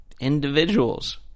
individuals